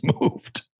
moved